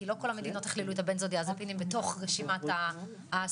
כי לא כל המדינות הכלילות את הבנזודיאזפינים בתוך רשימת הסמים